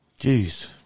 Jeez